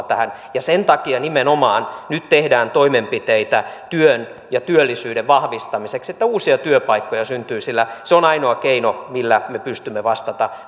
tähän sen takia nimenomaan nyt tehdään toimenpiteitä työn ja työllisyyden vahvistamiseksi että uusia työpaikkoja syntyy sillä se on ainoa keino millä me pystymme vastaamaan